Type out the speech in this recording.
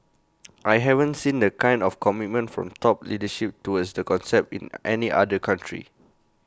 I haven't seen the kind of commitment from top leadership towards the concept in any other country